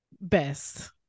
best